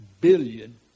billion